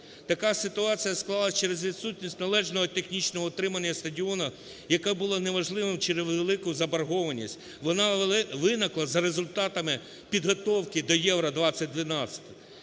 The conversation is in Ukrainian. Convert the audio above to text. Така ситуація склалась через відсутність належного і технічного утримання стадіону, яке було неможливим через велику заборгованість, вона виникла за результатами підготовки до Євро-2012.